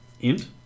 int